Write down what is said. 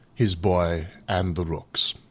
his boy, and the rooks